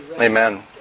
Amen